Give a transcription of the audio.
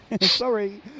Sorry